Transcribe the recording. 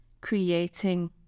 creating